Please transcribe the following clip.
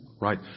Right